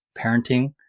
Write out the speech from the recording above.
parenting